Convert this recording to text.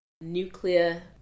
nuclear